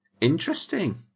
Interesting